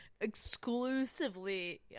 exclusively